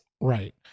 Right